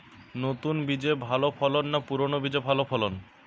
নতুন বীজে ভালো ফলন না পুরানো বীজে ভালো ফলন?